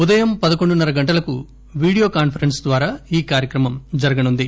ఉదయం పదకొండున్నర గంటలకు వీడియో కాన్సరెన్స్ ద్వారా ఈ కార్యక్రమం జరుగనుంది